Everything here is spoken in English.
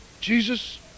Jesus